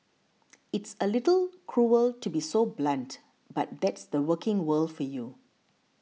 it's a little cruel to be so blunt but that's the working world for you